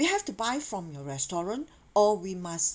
we have to buy from your restaurant or we must